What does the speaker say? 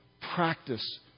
practice